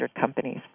companies